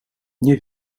nie